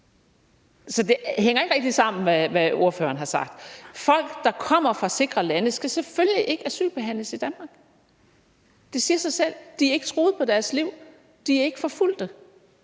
Så det hænger ikke rigtig sammen, hvad ordføreren har sagt. Folk, der kommer fra sikre lande, skal selvfølgelig ikke asylbehandles i Danmark. Det siger sig selv. De er ikke truet på deres liv, de er ikke forfulgte,